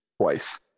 twice